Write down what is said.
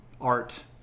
art